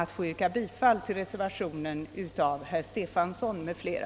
Jag yrkar bifall till reservationen av herr Stefanson m.fl.